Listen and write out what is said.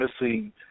missing